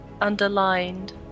underlined